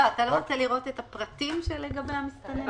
אתה לא רוצה לראות את הפרטים לגבי המסתננים?